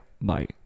Bye